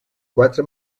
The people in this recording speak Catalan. quatre